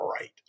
right